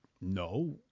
no